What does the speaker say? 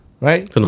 right